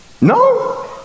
No